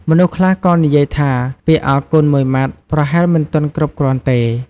មនុស្សខ្លះក៏និយាយថា "ពាក្យអរគុណមួយម៉ាត់ប្រហែលមិនទាន់គ្រប់គ្រាន់ទេ"